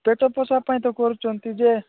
ପେଟ ପୋଷା ପାଇଁ ତ କରୁଛନ୍ତି ଯେ